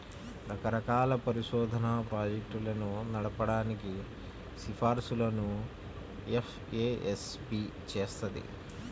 రకరకాల పరిశోధనా ప్రాజెక్టులను నడపడానికి సిఫార్సులను ఎఫ్ఏఎస్బి చేత్తది